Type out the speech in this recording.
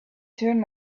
turn